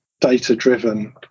data-driven